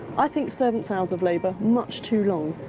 i think servants hours of labour much too long,